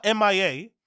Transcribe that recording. mia